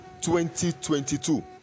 2022